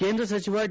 ಕೇಂದ್ರ ಸಚಿವ ಡಿ